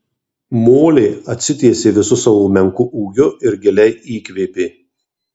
molė atsitiesė visu savo menku ūgiu ir giliai įkvėpė